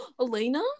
elena